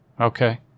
Okay